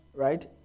Right